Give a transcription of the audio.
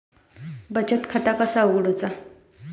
बचत खाता कसा उघडूचा?